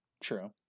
True